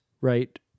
right